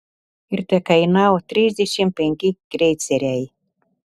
ir tekainavo trisdešimt penki kreiceriai